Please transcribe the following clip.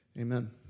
Amen